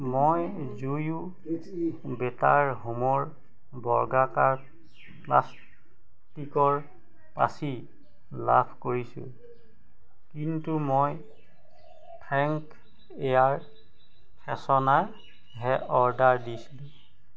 মই যোয়ো বেটাৰ হোমৰ বৰ্গাকাৰ প্লাষ্টিকৰ পাচি লাভ কৰিছোঁ কিন্তু মই ফ্ৰেংক এয়াৰ ফ্ৰেছনাৰ হে অৰ্ডাৰ দিছিলোঁ